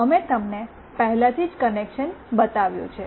અમે તમને પહેલાથી જ કનેક્શન બતાવ્યું છે